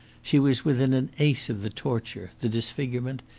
she was within an ace of the torture, the disfigurement,